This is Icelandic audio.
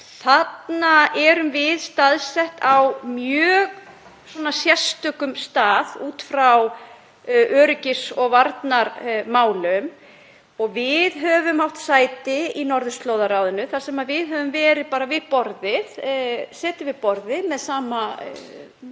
Þarna erum við staðsett á mjög sérstökum stað út frá öryggis- og varnarmálum. Við höfum átt sæti í Norðurslóðaráðinu þar sem við höfum verið við borðið, setið við borðið með sama